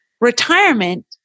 retirement